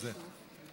בבקשה.